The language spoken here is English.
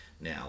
now